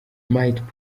might